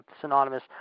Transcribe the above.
synonymous